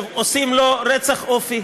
עושים לו רצח אופי